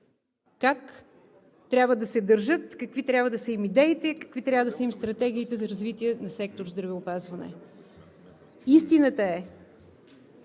как трябва да се държат, какви трябва да са им идеите и какви трябва да са им стратегиите за развитие на сектор „Здравеопазване“. Истината е,